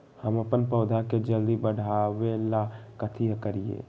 हम अपन पौधा के जल्दी बाढ़आवेला कथि करिए?